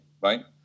right